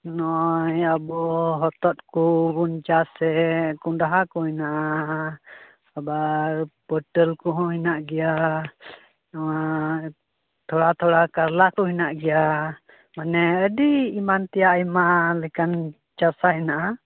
ᱱᱚᱜᱼᱚᱭ ᱟᱵᱚ ᱦᱚᱛᱚᱫ ᱠᱚᱵᱚᱱ ᱪᱟᱥᱮᱫ ᱠᱚᱸᱰᱷᱟᱠᱚ ᱦᱮᱱᱟᱜᱼᱟ ᱟᱵᱟᱨ ᱯᱚᱴᱚᱞ ᱠᱚᱦᱚᱸ ᱦᱮᱱᱟᱜ ᱜᱮᱭᱟ ᱱᱚᱣᱟ ᱛᱷᱚᱲᱟ ᱛᱷᱚᱲᱟ ᱠᱟᱨᱞᱟᱠᱚ ᱦᱮᱱᱟᱜ ᱜᱮᱭᱟ ᱢᱟᱱᱮ ᱟᱹᱰᱤ ᱮᱢᱟᱱᱛᱮᱭᱟᱜ ᱟᱭᱢᱟ ᱞᱮᱠᱟᱱ ᱪᱟᱥᱟᱜ ᱦᱮᱱᱟᱜᱼᱟ